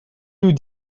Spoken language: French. nous